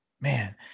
man